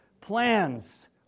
Plans